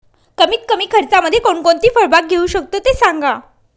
कमीत कमी खर्चामध्ये कोणकोणती फळबाग घेऊ शकतो ते सांगा